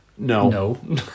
No